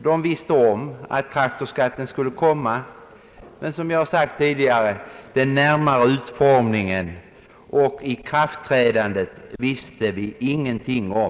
De visste om att traktorskatten skulle komma, men som jag har sagt tidigare den närmare utformningen och ikraftträdandet visste man ingenting om.